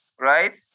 Right